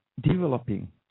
developing